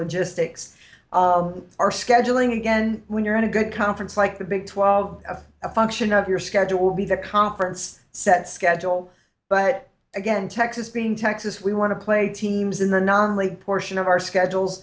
logistics our scheduling again when you're in a good conference like the big twelve if a function of your schedule will be the conference set schedule but again texas being texas we want to play teams in the non league portion of our schedules